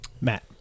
Matt